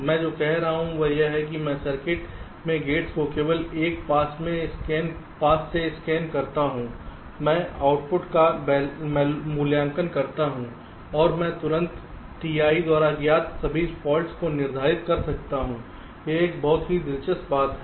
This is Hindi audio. मैं जो कह रहा हूं वह यह है कि मैं सर्किट में गेट्स को केवल एक पास से स्कैन करता हूं मैं आउटपुट का वैल्यूांकन करता हूं और मैं तुरंत Ti द्वारा ज्ञात सभी फॉल्ट्स को निर्धारित कर सकता हूं यह एक बहुत ही दिलचस्प बात है